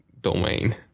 domain